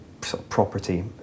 property